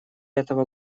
этого